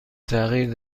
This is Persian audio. تغییر